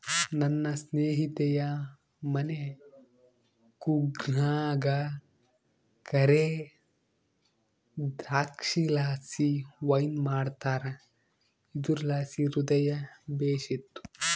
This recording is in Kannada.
ನನ್ನ ಸ್ನೇಹಿತೆಯ ಮನೆ ಕೂರ್ಗ್ನಾಗ ಕರೇ ದ್ರಾಕ್ಷಿಲಾಸಿ ವೈನ್ ಮಾಡ್ತಾರ ಇದುರ್ಲಾಸಿ ಹೃದಯ ಬೇಶಿತ್ತು